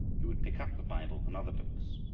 he would pick up the bible and other books,